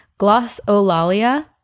glossolalia